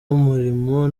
w’umurimo